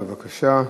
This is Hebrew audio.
בבקשה.